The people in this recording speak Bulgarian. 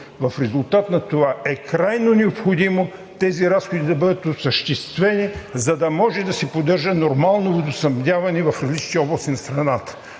В резултат на това е крайно необходимо тези разходи да бъдат осъществени, за да може да се поддържа нормално водоснабдяване в различните области на страната.